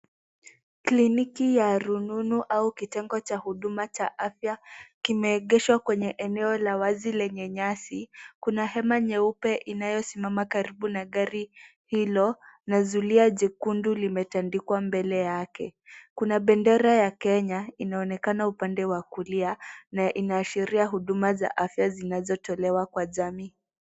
Kliniki ya rununu au kitengo cha huduma cha afya kimeegeshwa kwenye eneo la wazi lenye nyasi. Kuna hema nyeupe inayosimama karibu na gari hilo na zulia jekundu limetandikwa mbele yake. Kuna bendera ya Kenya inaonekana upande wa kulia na inaashiria huduma za afya zinazotolewa kwa jamii.